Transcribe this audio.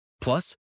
Plus